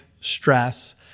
stress